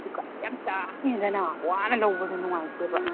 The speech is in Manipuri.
ꯍꯧꯖꯤꯛꯀꯥꯟꯗꯤ ꯌꯥꯝ ꯇꯥꯡꯉꯦꯗꯅ ꯋꯥꯅ ꯂꯧꯕꯗꯣ ꯅꯨꯡꯉꯥꯏꯇꯦꯕ